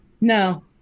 No